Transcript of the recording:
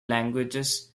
languages